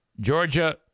Georgia